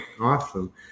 awesome